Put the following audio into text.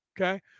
okay